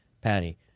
Patty